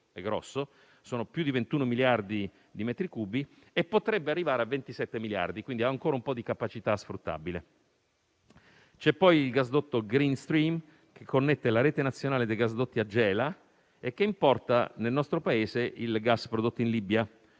è grosso: sono oltre 21 miliardi di metri cubi e potrebbe arrivare a 27 miliardi, pertanto ha ancora un po' di capacità sfruttabile. Il gasdotto Greenstream connette la rete nazionale dei gasdotti a Gela e importa nel nostro Paese il gas prodotto in Libia: